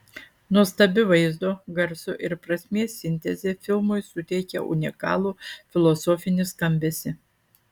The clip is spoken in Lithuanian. nuostabi vaizdo garso ir prasmės sintezė filmui suteikia unikalų filosofinį skambesį